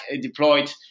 deployed